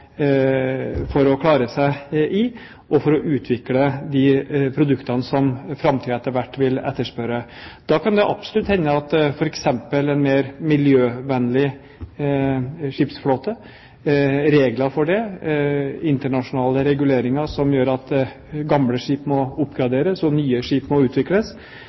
for å klare seg i, for å utvikle de produktene som framtiden etter hvert vil etterspørre. Da kan det absolutt hende at f.eks. en mer miljøvennlig skipsflåte, regler for det, internasjonale reguleringer som gjør at gamle skip må oppgraderes og nye skip må utvikles,